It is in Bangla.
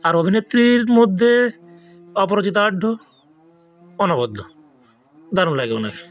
আর অভিনেত্রীর মধ্যে অপরাজিতা আঢ্য অনবদ্য দারুন লাগে ওনাকে